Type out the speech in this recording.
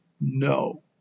no